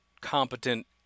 competent